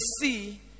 see